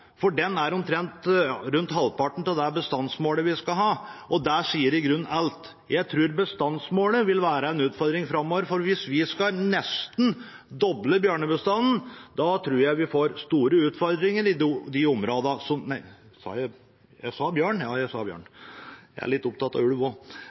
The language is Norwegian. for den er omtrent halvparten av det bestandsmålet vi skal ha, og det sier i grunnen alt. Jeg tror bestandsmålet vil være en utfordring framover, for hvis vi nesten skal doble bjørnebestanden, tror jeg vi får store utfordringer i de områdene som – nei, sa jeg bjørn? Ja, jeg sa